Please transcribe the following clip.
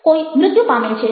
કોઈ મૃત્યુ પામેલ છે